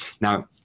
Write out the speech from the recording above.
Now